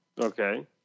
Okay